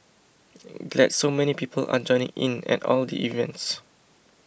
glad so many people are joining in at all the events